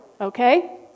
Okay